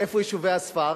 איפה יישובי הספר,